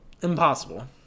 impossible